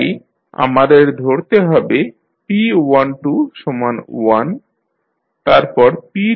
তাই আমাদের ধরতে হবে p121 তারপর p222